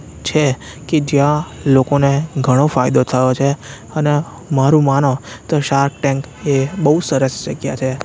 છે કે જ્યાં લોકોને ઘણો ફાયદો થયો છે અને મારું માનો તો શાર્ક ટેન્ક એ બહુ સરસ જગ્યા છે